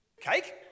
Cake